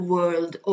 World